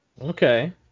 Okay